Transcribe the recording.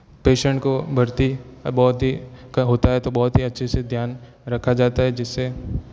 patient को भरती बहुत ही का होता है तो बहुत ही अच्छे से ध्यान रखा जाता है जिससे